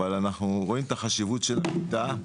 אבל אנחנו רואים את החשיבות של הקליטה,